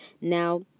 Now